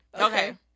Okay